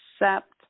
accept